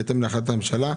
בהתאם להחלטת הממשלה.